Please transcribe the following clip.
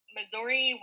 Missouri